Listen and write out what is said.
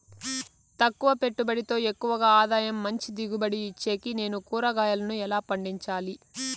తక్కువ పెట్టుబడితో ఎక్కువగా ఆదాయం మంచి దిగుబడి ఇచ్చేకి నేను కూరగాయలను ఎలా పండించాలి?